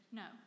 no